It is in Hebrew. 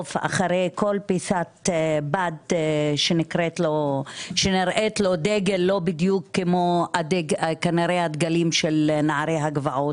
בלרדוף אחרי כל פיסת בד שלא נראית לו כמו הדגלים של נערי הגבעות,